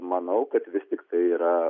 manau kad vis tiktai yra